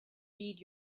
read